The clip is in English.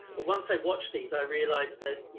but once i watched these i realized that, you